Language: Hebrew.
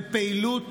בפעילות